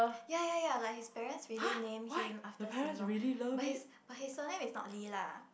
ya ya ya like his parents really name him after Hsien-Loong but his but his surname is not Lee lah